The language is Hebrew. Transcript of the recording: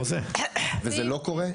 וזה לא קורה?